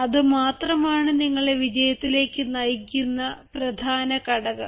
അതുമാത്രമാണ് നിങ്ങളെ വിജയത്തിലേക്ക് നയിക്കുന്ന പ്രധാന ഘടകം